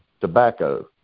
tobacco